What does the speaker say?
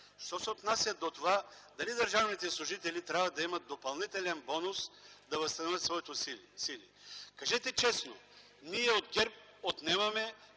що се отнася до това дали държавните служители трябва да имат допълнителен бонус, за да възстановят своите сили, кажете честно: „Ние от ГЕРБ отнемаме